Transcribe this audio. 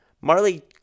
Marley